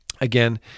again